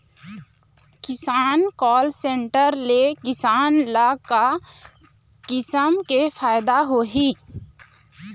किसान call centre ले किसान ल का किसम के फायदा होही?